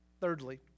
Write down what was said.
Thirdly